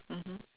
mmhmm